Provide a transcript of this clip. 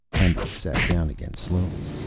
hendricks sat down again slowly.